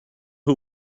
who